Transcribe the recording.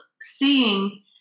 seeing